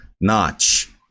Notch